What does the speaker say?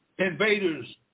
Invaders